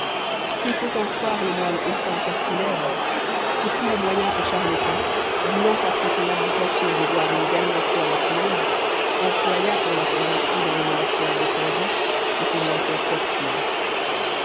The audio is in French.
s'il faut en croire le moine austin castillejo ce fut le moyen que charles-quint voulant après son abdication revoir une dernière fois la plombes employa pour la faire entrer dans le monastère de saint-just et pour l'en faire sortir